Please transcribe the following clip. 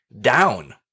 Down